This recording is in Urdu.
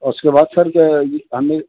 اس کے بعد سر ہم نے